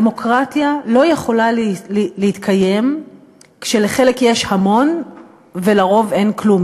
דמוקרטיה לא יכולה להתקיים כשלחלק יש המון ולרוב אין כלום.